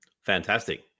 Fantastic